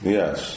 yes